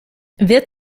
wird